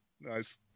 nice